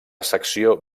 secció